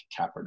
Kaepernick